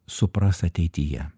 supras ateityje